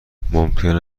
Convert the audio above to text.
ممکن